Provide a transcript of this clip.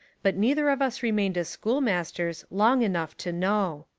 but neither of us remained as schoolmasters long enough to know.